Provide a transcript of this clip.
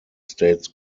states